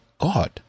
God